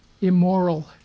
immoral